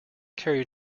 carried